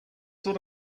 sort